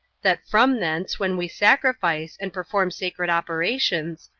that from thence, when we sacrifice, and perform sacred operations,